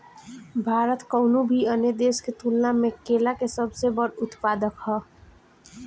भारत कउनों भी अन्य देश के तुलना में केला के सबसे बड़ उत्पादक ह